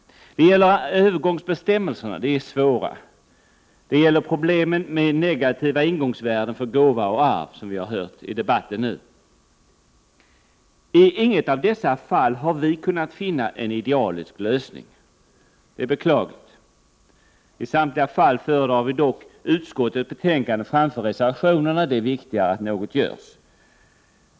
Det gäller övergångsbestämmelserna, som är svåra, och det gäller problemen med negativa ingångsvärden för gåva och arv, som det har talats om här. I inget av dessa fall har vi dock kunnat finna en idealisk lösning och det är beklagligt. I samtliga aspekter föredrar vi utskottets mening framför reservationerna — det är viktigare att något görs.